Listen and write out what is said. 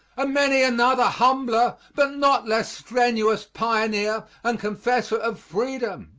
and many another humbler but not less strenuous pioneer and confessor of freedom.